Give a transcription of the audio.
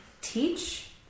teach